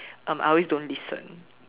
um I always don't listen